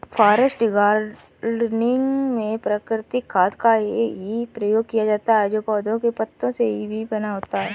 forest gardening में प्राकृतिक खाद का ही प्रयोग किया जाता है जो पौधों के पत्तों से ही बना होता है